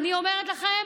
אני אומרת לכם,